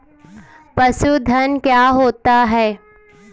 पशुधन क्या होता है?